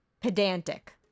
pedantic